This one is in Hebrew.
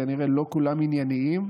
כנראה לא כולם ענייניים,